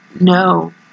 no